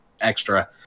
extra